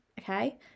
okay